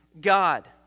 God